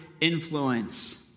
influence